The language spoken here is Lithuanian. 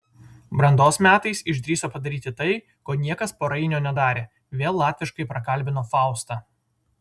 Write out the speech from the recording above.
brandos metais išdrįso padaryti tai ko niekas po rainio nedarė vėl latviškai prakalbino faustą